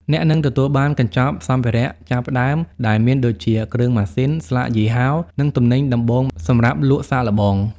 អ្នកនឹងទទួលបាន "កញ្ចប់សម្ភារៈចាប់ផ្ដើម" ដែលមានដូចជា គ្រឿងម៉ាស៊ីន ស្លាកយីហោ និងទំនិញដំបូងសម្រាប់លក់សាកល្បង។